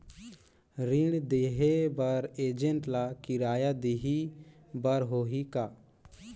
ऋण देहे बर एजेंट ला किराया देही बर होही का?